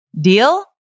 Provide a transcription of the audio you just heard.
Deal